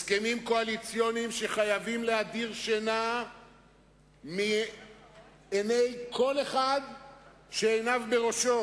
הסכמים קואליציוניים שחייבים להדיר שינה מעיני כל אחד שעיניו בראשו.